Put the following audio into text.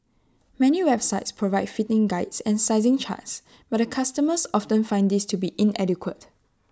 many websites provide fitting Guides and sizing charts but customers often find these to be inadequate